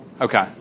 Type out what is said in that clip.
Okay